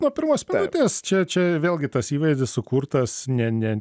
nuo pirmos minutės čia čia vėlgi tas įvaizdis sukurtas ne ne